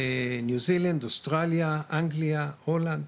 ניו זילנד, אוסטרליה, אנגליה, הולנד,